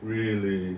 really